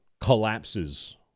collapses